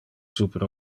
super